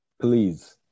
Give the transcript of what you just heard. please